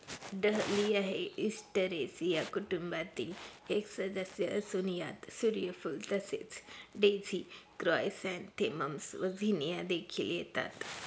dahlia हे Asteraceae कुटुंबातील एक सदस्य असून यात सूर्यफूल तसेच डेझी क्रायसॅन्थेमम्स व झिनिया देखील येतात